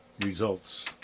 results